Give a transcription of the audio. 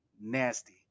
nasty